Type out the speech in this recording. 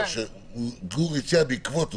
גור הציע, בעקבות אוסאמה.